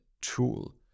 tool